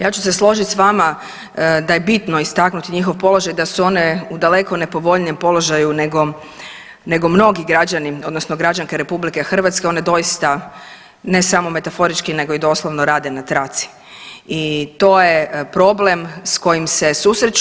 Ja ću se složiti s vama da je bitno istaknuti njihov položaj da su one u daleko nepovoljnijem položaju nego mnogi građani odnosno građanke RH, one doista ne samo metaforički nego i doslovno rade na traci i to je problem s kojim se susreću.